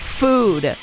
food